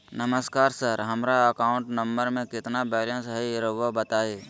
नमस्कार सर हमरा account number में कितना बैलेंस हेई राहुर बताई?